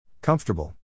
Comfortable